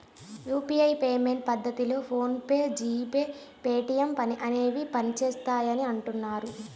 UPI payment పద్ధతిలో PhonePe, G pay, Paytm అనేవి పనిచేస్తాయని అంటున్నారు